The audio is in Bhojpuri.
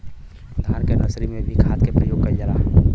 धान के नर्सरी में भी खाद के प्रयोग कइल जाला?